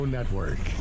Network